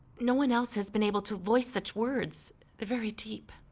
no one else has been able to voice such words. they're very deep.